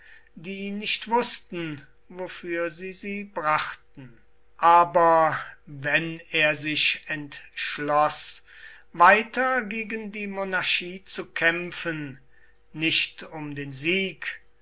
die nicht wußten wofür sie sie brachten aber wenn er sich entschloß weiter gegen die monarchie zu kämpfen nicht um den sieg